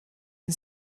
and